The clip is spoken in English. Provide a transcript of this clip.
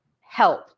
help